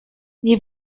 nie